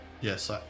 Yes